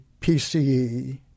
PCE